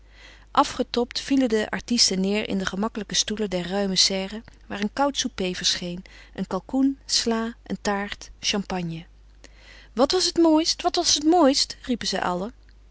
afgetobd vielen de artisten neêr in de gemakkelijke stoelen der ruime serre waar een koud souper verscheen een kalkoen slâ een taart champagne wat was het mooist wat was het mooist riepen zij allen